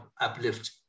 uplift